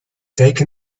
take